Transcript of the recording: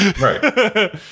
right